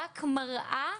תודה רבה למי שהגיע.